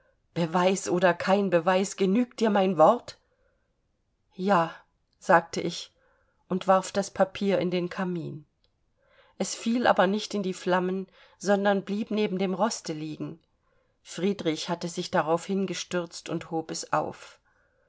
beweis oder kein beweis genügt dir mein wort ja sagte ich und warf das papier in den kamin es fiel aber nicht in die flammen sondern blieb neben dem roste liegen friedrich hatte sich darauf hingestürzt und hob es auf